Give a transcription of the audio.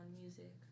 music